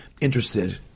interested